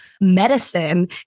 medicine